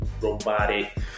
robotic